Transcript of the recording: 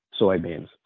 soybeans